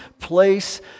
place